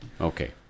Okay